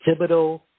Thibodeau